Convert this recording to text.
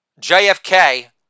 JFK